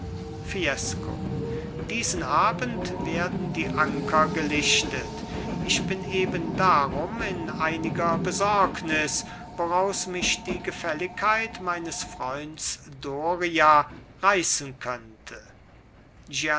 fiesco diesen abend werden die anker gelichtet ich bin eben darum in einiger besorgnis woraus mich die gefälligkeit meines freunds doria reißen könnte